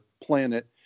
planet